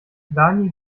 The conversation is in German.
dani